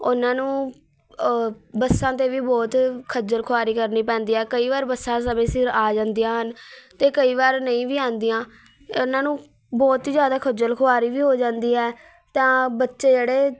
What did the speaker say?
ਉਹਨਾਂ ਨੂੰ ਬੱਸਾਂ ਦੇ ਵੀ ਬਹੁਤ ਖੱਜਲ ਖੁਆਰੀ ਕਰਨੀ ਪੈਂਦੀ ਹੈ ਕਈ ਵਾਰ ਬੱਸਾਂ ਸਮੇਂ ਸਿਰ ਆ ਜਾਂਦੀਆਂ ਹਨ ਅਤੇ ਕਈ ਵਾਰ ਨਹੀਂ ਵੀ ਆਉਂਦੀਆਂ ਉਹਨਾਂ ਨੂੰ ਬਹੁਤ ਹੀ ਜ਼ਿਆਦਾ ਖੱਜਲ ਖੁਆਰੀ ਵੀ ਹੋ ਜਾਂਦੀ ਹੈ ਤਾਂ ਬੱਚੇ ਜਿਹੜੇ